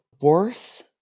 worse